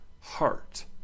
heart